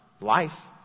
life